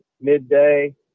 Midday